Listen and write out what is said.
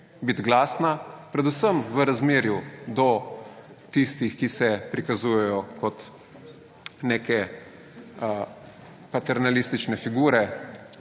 biti glasna, predvsem v razmerju do tistih, ki se prikazujejo kot neke paternalistične figure,